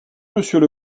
monsieur